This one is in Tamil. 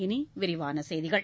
இனி விரிவான செய்திகள்